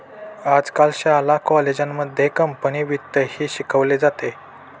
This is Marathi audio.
आजकाल शाळा कॉलेजांमध्ये कंपनी वित्तही शिकवले जाते